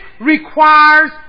requires